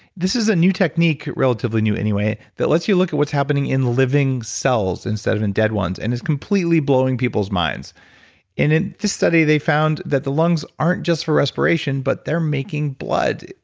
this is a new technique, relatively new, anyway, that lets you look at what's happening in living cells instead of in dead ones and is completely blowing people's minds and in this study they found that the lungs aren't just for respiration, but they're making blood.